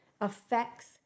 affects